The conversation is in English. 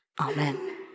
amen